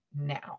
now